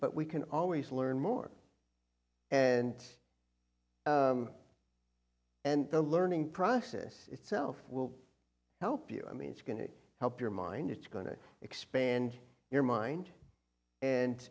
but we can always learn more and and the learning process itself will help you i mean it's going to help your mind it's going to expand your mind